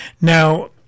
Now